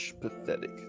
Pathetic